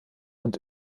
und